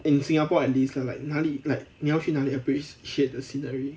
in singapore at least like 哪里 like 你要去哪里 appreciate the scenery